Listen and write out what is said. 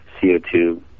CO2